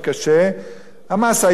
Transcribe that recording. מס היסף אין בעיה.